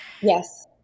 Yes